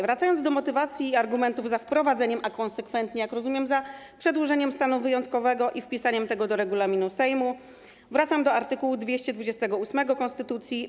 Wracając do motywacji i argumentów za wprowadzeniem, a konsekwentnie - jak rozumiem - za przedłużeniem stanu wyjątkowego i wpisaniem tego do regulaminu Sejmu, przytoczę art. 228 ust. 5 konstytucji: